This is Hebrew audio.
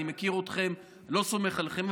אני מכיר אתכם, לא סומך עליכם.